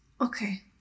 Okay